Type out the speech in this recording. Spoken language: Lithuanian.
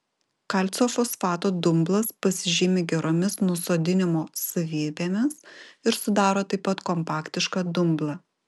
kalcio fosfato dumblas pasižymi geromis nusodinimo savybėmis ir sudaro taip pat kompaktišką dumblą